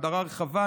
הגדרה רחבה,